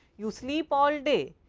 you sleep all day,